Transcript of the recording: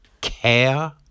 care